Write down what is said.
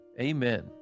Amen